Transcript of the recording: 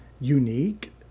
unique